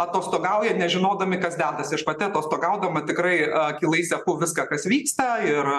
atostogauja nežinodami kas dedasi aš pati atostogaudama tikrai akylai seku viską kas vyksta ir